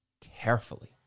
carefully